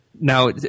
Now